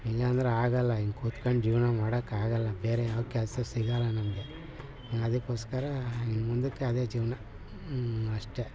ಇಲ್ಲಾಂದರೆ ಆಗಲ್ಲ ಹಿಂಗ್ ಕುತ್ಕಂಡು ಜೀವನ ಮಾಡೋಕ್ಕಾಗಲ್ಲ ಬೇರೆ ಯಾವ ಕೆಲಸ ಸಿಗಲ್ಲ ನಮಗೆ ಅದಕ್ಕೋಸ್ಕರ ಇನ್ನು ಮುಂದಕ್ಕೆ ಅದೇ ಜೀವನ ಅಷ್ಟೇ